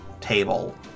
table